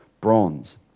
bronze